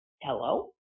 Hello